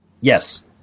Yes